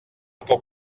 pour